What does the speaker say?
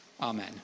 Amen